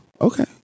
Okay